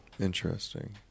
Interesting